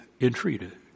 entreated